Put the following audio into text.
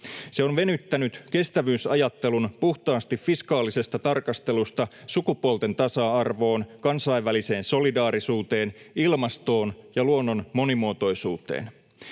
Se on venyttänyt kestävyysajattelun puhtaasti fiskaalisesta tarkastelusta sukupuolten tasa-arvoon, kansainväliseen solidaarisuuteen, ilmastoon ja luonnon monimuotoisuuteen.